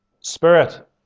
Spirit